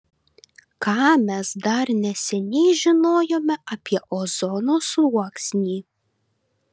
ką mes dar neseniai žinojome apie ozono sluoksnį